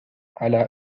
على